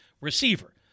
receiver